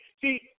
See